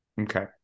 Okay